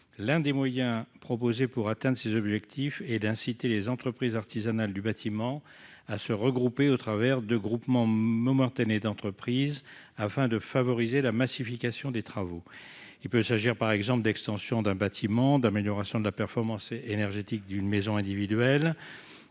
L'un des moyens proposés pour atteindre ces objectifs est d'inciter les entreprises artisanales du bâtiment à se réunir dans des groupements momentanés d'entreprises (GME), afin de favoriser la massification des travaux. Il peut s'agir par exemple de l'extension d'un bâtiment, de l'amélioration de la performance énergétique d'une maison individuelle,